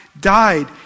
died